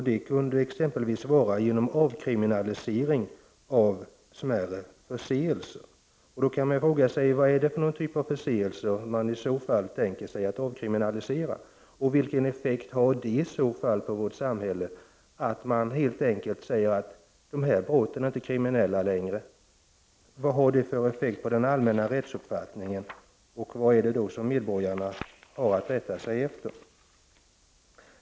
Det kan exempelvis ske genom avkriminalisering av smärre förseelser. Då kan man fråga sig vad det är för typ av förseelser man i så fall tänker sig att avkriminalisera. Vilken effekt kommer det att få på vårt samhälle om man helt enkelt säger att vissa brott inte längre är kriminella? Vad har det för effekt på den allmänna rättsuppfattningen? Vad skall medborgarna rätta sig efter?